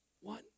One